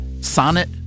Sonnet